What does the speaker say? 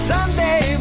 Sunday